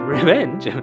Revenge